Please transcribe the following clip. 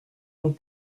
nos